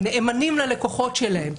נאמנים ללקוחות שלהם,